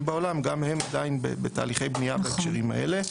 בעולם עדיין בתהליכי בנייה בהקשרים האלה.